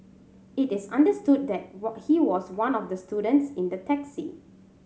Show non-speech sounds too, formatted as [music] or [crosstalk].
it is understood that [unintelligible] he was one of the students in the taxi